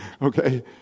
Okay